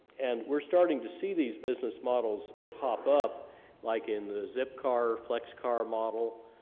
and we're starting to see these business models pop up like in the zipcar, flexcar model